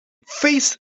phase